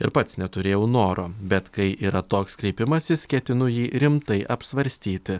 ir pats neturėjau noro bet kai yra toks kreipimasis ketinu jį rimtai apsvarstyti